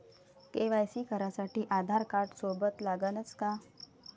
KYC करासाठी आधारकार्ड सोबत लागनच का?